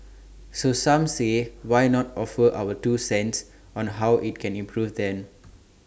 so some say why not offer our two cents on how IT can improve then